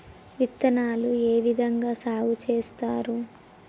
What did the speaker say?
విత్తనాలు ఏ విధంగా సాగు చేస్తారు?